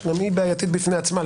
שגם היא בעיתית בפני עצמה,